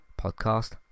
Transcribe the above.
podcast